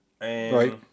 Right